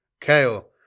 Kale